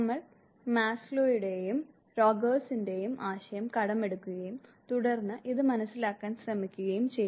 നമ്മൾ മാസ്ലോയുടെയും റോജേഴ്സിന്റെയും ആശയം കടമെടുക്കുകയും തുടർന്ന് ഇത് മനസ്സിലാക്കാൻ ശ്രമിക്കുകയും ചെയ്യും